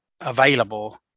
available